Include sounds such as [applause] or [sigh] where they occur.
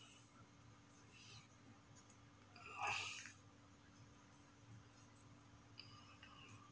[breath]